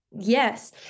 Yes